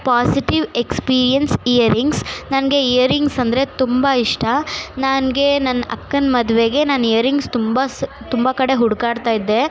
positive experience earrings ನನಗೆ earrings ಅಂದರೆ ತುಂಬ ಇಷ್ಟ ನನ್ಗೆ ನನ್ನ ಅಕ್ಕನ ಮದುವೆಗೆ ನಾನು ಇಯರಿಂಗ್ಸ್ ತುಂಬ ಸ ತುಂಬ ಕಡೆ ಹುಡುಕಾಡ್ತಾಯಿದ್ದೆ